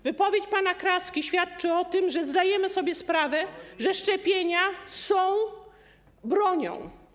Wypowiedź pana Kraski świadczy o tym, że zdajemy sobie sprawę, że szczepienia są bronią.